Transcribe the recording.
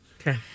okay